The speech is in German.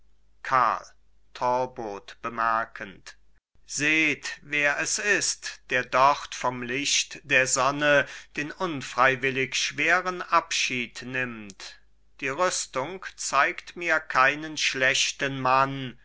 talbot bemerkend seht wer es ist der dort vom licht der sonne den unfreiwillig schweren abschied nimmt die rüstung zeigt mir keinen schlechten mann